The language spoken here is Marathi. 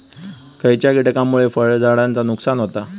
खयच्या किटकांमुळे फळझाडांचा नुकसान होता?